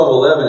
11